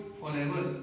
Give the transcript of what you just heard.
forever